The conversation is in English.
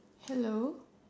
hello